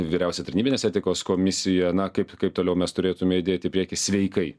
vyriausia tarnybinės etikos komisija na kaip kaip toliau mes turėtume judėti į priekį sveikai